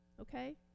Okay